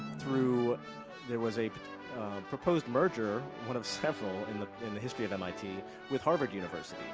through there was a proposed merger one of several in the in the history of mit with harvard university.